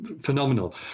phenomenal